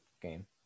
game